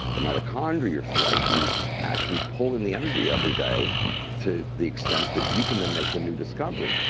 the mitochondria you're talking about, you actually pull in the energy every day to the extent that you can then make the new discovery.